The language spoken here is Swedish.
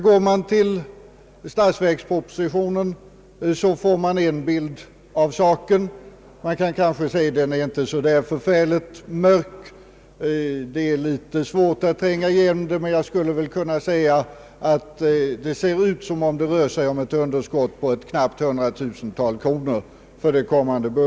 Går man till statsverkspropositionen får man en bild av läget. Man kan kanske säga att den inte är så där förfärligt mörk. Det är litet svårt att tränga igenom den, men jag skulle väl kunna säga, att det ser ut som om det rör sig om ett underskott på knappt ett hundratusental kronor.